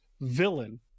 villain